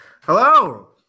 Hello